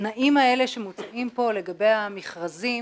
התנאים האלה שמוצעים פה לגבי המכרזים,